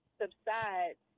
subsides